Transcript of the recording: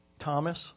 Thomas